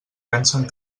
pensen